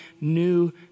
new